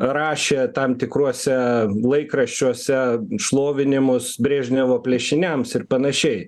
rašė tam tikruose laikraščiuose šlovinimus brežnevo plėšiniams ir panašiai